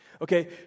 Okay